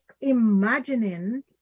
Imagining